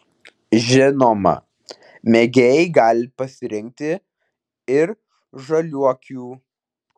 žinoma mėgėjai gali pasirinkti ir žaliuokių